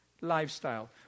lifestyle